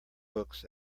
books